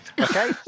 okay